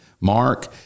Mark